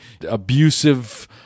abusive